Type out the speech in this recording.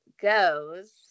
goes